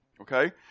Okay